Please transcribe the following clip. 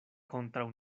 kontraŭ